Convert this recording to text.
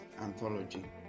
anthology